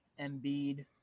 Embiid